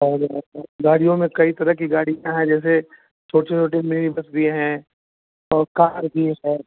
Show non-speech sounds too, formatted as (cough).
(unintelligible) गाड़ियों में कई तरह की गाड़ियाँ है जैसे छोटे छोटे मिनी बस भी हैं और कार भी है सर